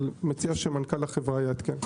אבל אני מציע שמנכ"ל החברה יעדכן.